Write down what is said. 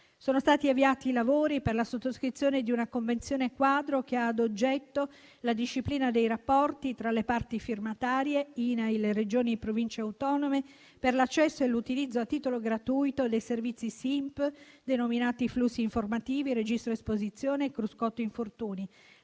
Sono stati avviati i lavori per la sottoscrizione di una convenzione quadro che ha ad oggetto la disciplina dei rapporti tra le parti firmatarie (INAIL, Regioni e Province autonome) per l'accesso e l'utilizzo a titolo gratuito dei servizi del SINP denominati flussi informativi, registro esposizione e cruscotto infortuni.